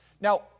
Now